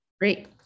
great